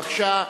בבקשה.